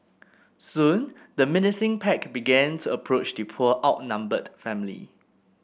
soon the menacing pack began to approach the poor outnumbered family